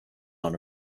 own